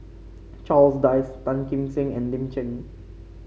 Charles Dyce Tan Kim Seng and Lin Chen